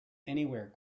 anywhere